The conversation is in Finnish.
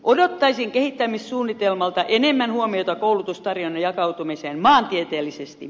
odottaisin kehittämissuunnitelmalta enemmän huomiota koulutustarjonnan jakautumiseen maantieteellisesti